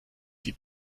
sie